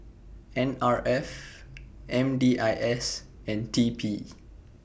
N R F M D I S and T P